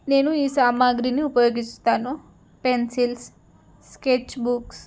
నేను ఈ సామాగ్రిని ఉపయోగిస్తానో పెన్సిల్స్ స్కెచ్ బుక్స్